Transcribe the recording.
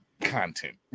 content